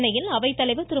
சென்னையில் அவைத்தலைவர் திரு